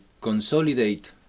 consolidate